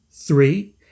Three